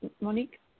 Monique